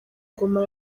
ngoma